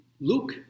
Luke